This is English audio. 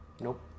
Nope